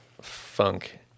funk